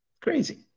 Crazy